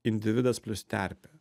individas plius terpė